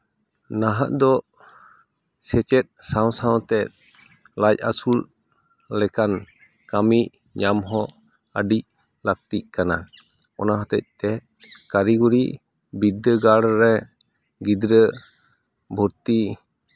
ᱱᱟᱦᱟᱜ ᱫᱚ ᱥᱮᱪᱮᱫ ᱥᱟᱶ ᱥᱟᱶ ᱛᱮ ᱞᱟᱡ ᱟᱹᱥᱩᱞ ᱞᱮᱠᱟᱱ ᱠᱟᱹᱢᱤ ᱧᱟᱢ ᱦᱚᱸ ᱟᱹᱰᱤ ᱞᱟᱹᱠᱛᱤᱜ ᱠᱟᱱᱟ ᱚᱱᱟ ᱦᱚᱛᱮᱜ ᱛᱮ ᱠᱟᱹᱨᱤᱜᱚᱨᱤ ᱵᱤᱫᱽᱫᱟᱹᱜᱟᱲᱨᱮ ᱜᱤᱫᱽᱨᱟᱹ ᱵᱷᱚᱨᱛᱤ